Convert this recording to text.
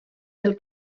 del